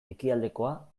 ekialdekoa